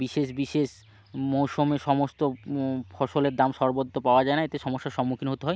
বিশেষ বিশেষ মৌসমে সমস্ত ফসলের দাম সর্বত্র পাওয়া যায় না এতে সমস্যার সম্মুখীন হতে হয়